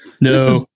No